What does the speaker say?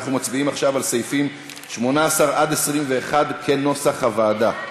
אנחנו מצביעים עכשיו על סעיפים 18 21 כנוסח הוועדה.